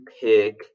pick